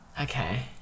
okay